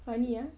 funny ah